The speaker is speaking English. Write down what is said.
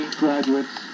graduates